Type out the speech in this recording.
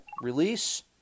release